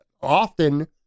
often